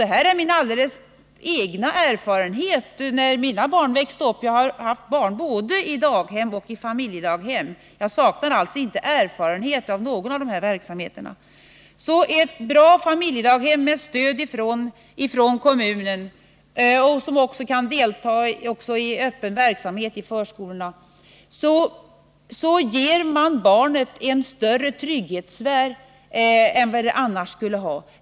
Det här är min alldeles egna erfarenhet från den tid då mina barn växte upp — jag har haft barn både i daghem och i familjedaghem och saknar alltså inte erfarenhet av någon av dessa verksamheter. Ett bra familjedaghem med stöd från kommunen, där män även kan delta i öppen verksamhet i förskolorna, ger barnet en större trygghetssfär än vad det annars skulle ha.